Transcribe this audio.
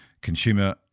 Consumer